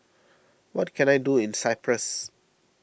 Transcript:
what can I do in Cyprus